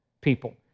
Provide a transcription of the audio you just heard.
people